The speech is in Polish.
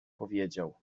powiedział